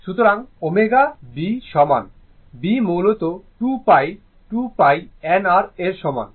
সুতরাং ω b সমান b মূলত 2 π 2 π n r এর সমান